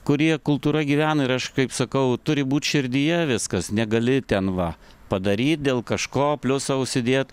kurie kultūra gyvena ir aš kaip sakau turi būt širdyje viskas negali ten va padaryti dėl kažko pliusą užsidėt